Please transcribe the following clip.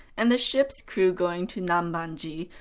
and the ship's crew going to nambanji,